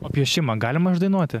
o piešimą galima išdainuoti